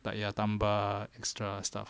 tak payah tambah extra stuff